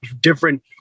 different